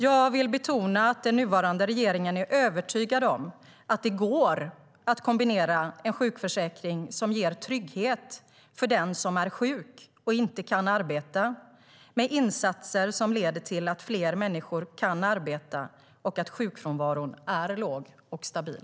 Jag vill betona att den nuvarande regeringen är övertygad om att det går att kombinera en sjukförsäkring som ger trygghet för den som är sjuk och inte kan arbeta med insatser som leder till att fler människor kan arbeta och att sjukfrånvaron är låg och stabil.